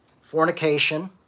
Fornication